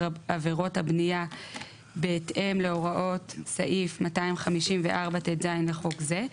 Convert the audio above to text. עבירות הבניה בהתאם להוראות סעיף 254טז לחוק זה,